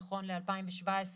נכון ל-2017,